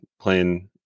playing